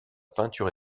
peinture